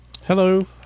Hello